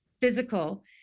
physical